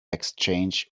exchange